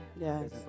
Yes